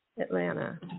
Atlanta